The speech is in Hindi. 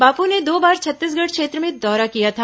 बापू ने दो बार छत्तीसगढ़ क्षेत्र में दौरा किया था